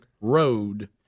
road